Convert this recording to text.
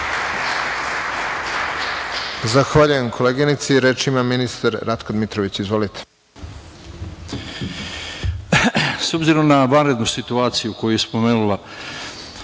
Zahvaljujem, koleginici. Reč ima ministar Ratko Dmitrović. Izvolite.